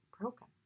broken